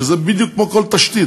שזה בדיוק כמו כל תשתית,